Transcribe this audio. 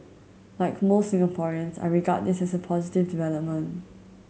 like most Singaporeans I regard this as a positive development